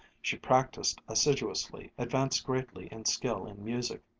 she practised assiduously, advanced greatly in skill in music,